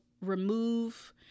remove